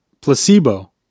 Placebo